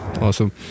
Awesome